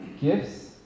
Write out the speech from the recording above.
gifts